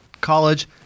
college